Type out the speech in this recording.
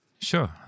Sure